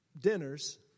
dinners